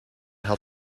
had